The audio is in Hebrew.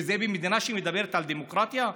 וזה במדינה שמדברת על דמוקרטיה?